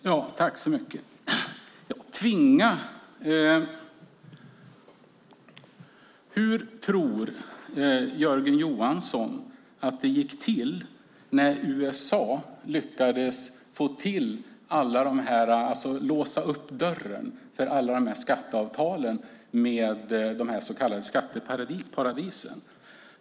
Fru talman! Det gällde ordet "tvinga". Hur tror Jörgen Johansson att det gick till när USA lyckades låsa upp dörren för alla skatteavtalen med de så kallade skatteparadisen?